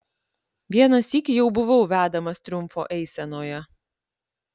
vieną sykį jau buvau vedamas triumfo eisenoje